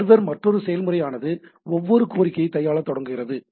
server மற்றொரு செயல்முறை ஆனது ஒவ்வொரு கோரிக்கையை கையாள தொடங்குகிறது